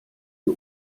ihr